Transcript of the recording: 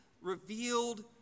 revealed